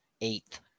eighth